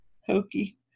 hokey